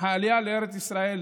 העלייה לארץ ישראל